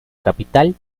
capital